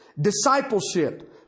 Discipleship